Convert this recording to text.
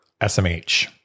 SMH